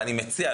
ואני מציע,